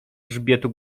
grzbietu